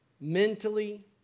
mentally